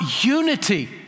unity